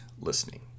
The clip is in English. listening